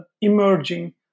emerging